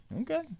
Okay